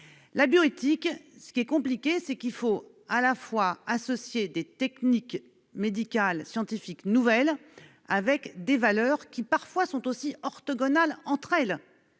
la bioéthique, c'est qu'il faut à la fois associer des techniques médicales et scientifiques nouvelles avec des valeurs qui, parfois, sont aussi orthogonales entre elles.